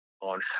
on